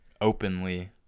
openly